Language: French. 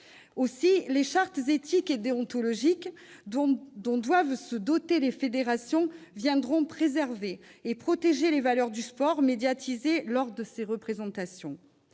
Aussi les chartes éthiques et déontologiques dont doivent se doter les fédérations viendront-elles préserver et protéger les valeurs du sport médiatisées lors de ces représentations.